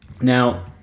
Now